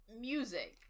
music